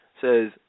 says